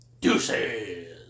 Deuces